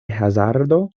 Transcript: hazardo